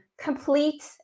complete